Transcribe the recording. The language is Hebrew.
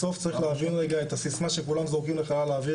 בסוף צריך להבין רגע את הסיסמה שכולם זורקים לחלל האוויר